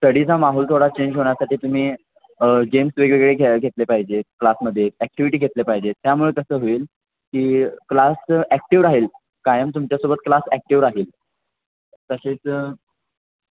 स्टडीचा माहोल थोडा चेंज होण्यासाठी तुम्ही गेम्स वेगवेगळे घे घेतले पाहिजेत क्लासमध्ये ॲक्टिविटी घेतले पाहिजे त्यामुळे कसं होईल की क्लास ॲक्टिव राहील कायम तुमच्यासोबत क्लास ॲक्टिव राहील तसेच